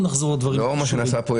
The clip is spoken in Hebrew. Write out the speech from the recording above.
לאור מה שנעשה פה,